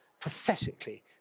pathetically